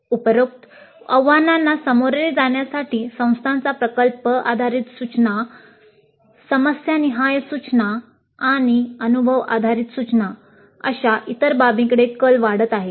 उपरोक्त आव्हानांना सामोरे जाण्यासाठी संस्थाचा प्रकल्प आधारित सूचना समस्यानिहाय सूचना आणि अनुभव आधारित सूचनां अशा इतर बाबींकडे कल वाढत आहेत